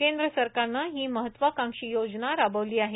केंद्र सरकारनं हि महत्वकांक्षी योजना राबवली आहे